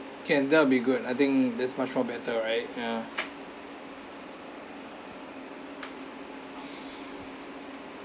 can that'll be good I think there's much more better right ya